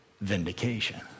vindication